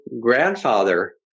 grandfather